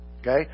Okay